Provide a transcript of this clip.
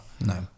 No